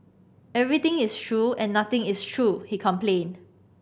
everything is true and nothing is true he complained